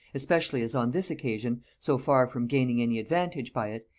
especially as on this occasion, so far from gaining any advantage by it,